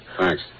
Thanks